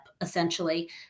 essentially